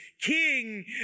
king